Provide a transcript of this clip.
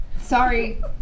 Sorry